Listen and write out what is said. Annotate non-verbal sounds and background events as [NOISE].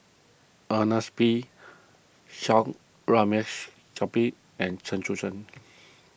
Ernest P Shanks [UNINTELLIGIBLE] [UNINTELLIGIBLE] and Chen Sucheng [NOISE]